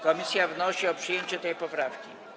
Komisja wnosi o przyjęcie tej poprawki.